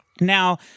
Now